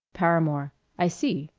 paramore i see.